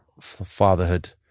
fatherhood